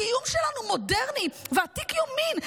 הקיום שלנו מודרני ועתיק יומין,